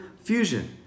Fusion